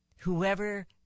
Whoever